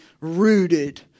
rooted